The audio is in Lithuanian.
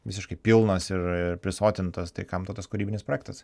visiškai pilnas ir ir prisotintas tai kam tau tas kūrybinis projektas